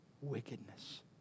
wickedness